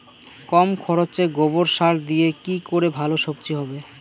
কম খরচে গোবর সার দিয়ে কি করে ভালো সবজি হবে?